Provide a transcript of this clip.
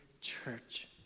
church